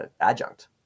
adjunct